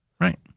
Right